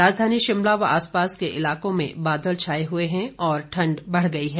राजधानी शिमला व आसपास के इलाकों में बादल छाए हुए हैं और ठंड बढ़ गई है